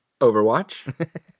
Overwatch